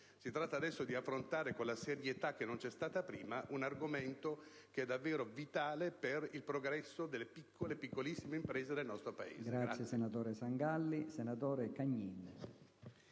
Si tratta di affrontare ora, con la serietà che non c'è stata prima, un argomento che è davvero vitale per il progresso delle piccole e piccolissime imprese del nostro Paese.